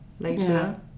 later